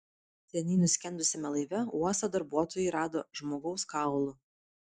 seniai nuskendusiame laive uosto darbuotojai rado žmogaus kaulų